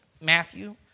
Matthew